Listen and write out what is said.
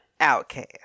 Outcast